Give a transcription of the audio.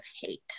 hate